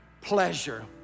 pleasure